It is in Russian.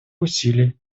усилий